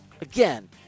Again